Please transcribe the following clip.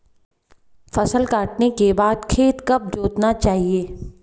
फसल काटने के बाद खेत कब जोतना चाहिये?